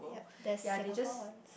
there's Singapore one